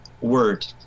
word